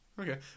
Okay